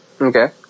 Okay